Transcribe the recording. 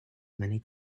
many